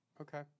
Okay